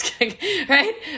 Right